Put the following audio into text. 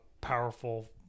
Powerful